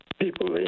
people